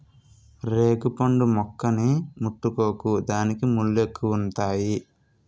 రేగుపండు మొక్కని ముట్టుకోకు దానికి ముల్లెక్కువుంతాయి